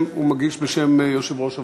הוא מגיש בשם יושב-ראש הוועדה.